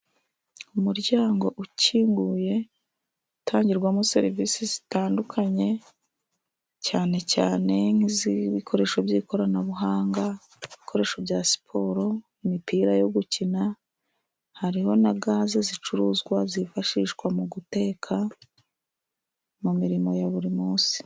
Umuryango ukinguye, utangirwamo serivisi zitandukanye, cyane cyane nk'izibikoresho by'ikoranabuhanga, ibikoresho bya siporo, imipira yo gukina, hariho na gaze zicuruzwa, zifashishwa mu guteka mu mirimo ya buri munsi.